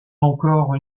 encore